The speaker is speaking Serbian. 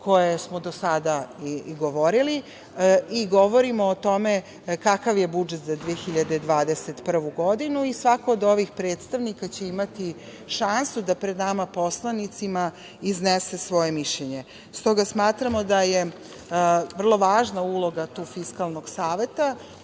koje smo do sada i govorili i govorimo o tome kakav je budžet za 2021. godinu. Svaki od ovih predstavnika će imati šansu da pred nama poslanicima iznese svoje mišljenje. Stoga smatramo da je vrlo važna uloga Fiskalnog saveta